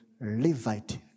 Levite